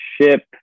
ship